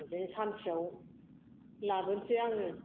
बिदिनो सानसेयाव लाबोनोसै आङो